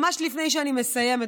ממש לפני שאני מסיימת,